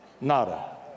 nada